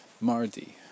Mardi